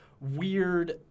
weird